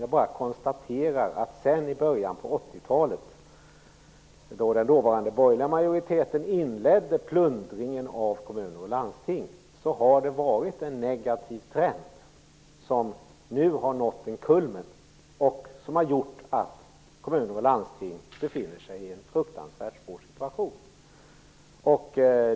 Jag bara konstaterar att sedan i början av 80-talet, då den dåvarande borgerliga majoriteten inledde plundringen av kommuner och landsting, har det varit en negativ trend. Den har nu nått en kulmen, och det har gjort att kommuner och landsting befinner sig i en fruktansvärt svår situation.